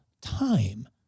time